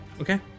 Okay